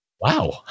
wow